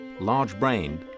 large-brained